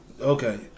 Okay